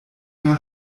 mehr